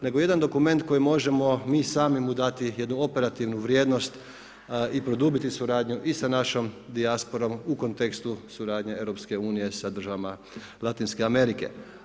Nego jedan dokument koji mi možemo mi sami mu dati jednu operativnu vrijednost i produbiti suradnju i sa našom dijasporom u kontekstu suradnje EU sa državama Latinske Amerike.